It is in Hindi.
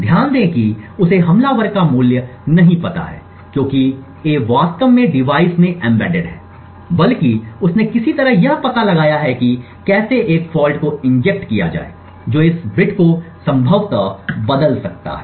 ध्यान दें कि उसे हमलावर का मूल्य नहीं पता है क्योंकि a वास्तव में डिवाइस में एम्बेडेड है बल्कि उसने किसी तरह यह पता लगाया है कि कैसे एक फॉल्ट को इंजेक्ट किया जाए जो इस बिट को संभवतः बदल सकता है